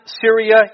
Syria